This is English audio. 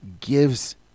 gives